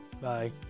Bye